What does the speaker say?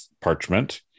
parchment